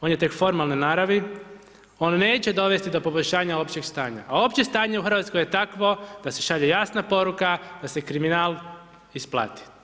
On je tek formalne naravi, on neće dovesti do poboljšanja općeg stanja, a opće stanje u RH je takvo da se šalje jasna poruka da se kriminal isplati.